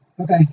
Okay